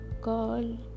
call